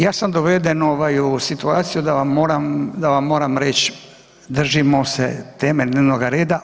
Ja sam doveden ovaj u situaciju da vam moram reći držimo se teme dnevnoga reda.